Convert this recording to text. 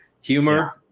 humor